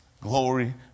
Glory